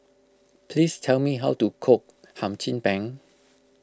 please tell me how to cook Hum Chim Peng